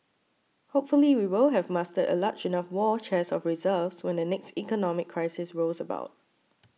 hopefully we will have mustered a large enough war chest of reserves when the next economic crisis rolls about